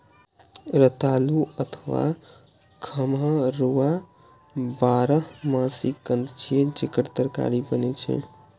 रतालू अथवा खम्हरुआ बारहमासी कंद छियै, जेकर तरकारी बनै छै